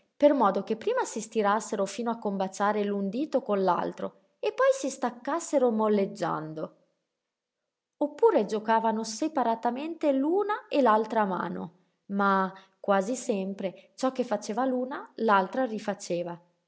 per modo che prima si stirassero fino a combaciare l'un dito con l'altro e poi si staccassero molleggiando oppure giocavan separatamente l'una e l'altra mano ma quasi sempre ciò che faceva l'una l'altra rifaceva